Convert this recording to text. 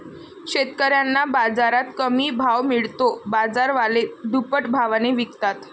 शेतकऱ्यांना बाजारात कमी भाव मिळतो, बाजारवाले दुप्पट भावाने विकतात